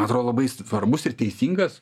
man atrodo labai svarbus ir teisingas